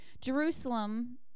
Jerusalem